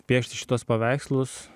piešti šituos paveikslus